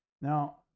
Now